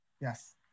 yes